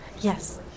Yes